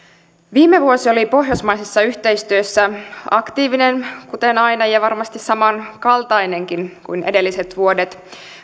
viime vuosi oli pohjoismaisessa yhteistyössä aktiivinen kuten aina ja varmasti samankaltainenkin kuin edelliset vuodet